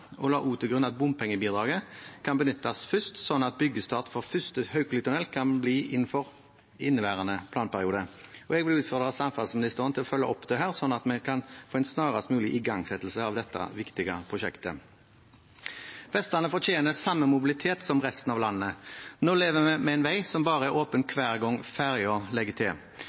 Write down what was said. la også til grunn at bompengebidraget kan benyttes først, slik at byggestart for første Haukeli-tunnel kan bli innenfor inneværende planperiode. Jeg vil utfordre samferdselsministeren til å følge opp dette, slik at vi kan få en snarest mulig igangsettelse av dette viktige prosjektet. Vestlandet fortjener samme mobilitet som resten av landet. Nå lever vi med en vei som bare er åpen hver gang fergen legger til.